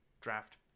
draft